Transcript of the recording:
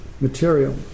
material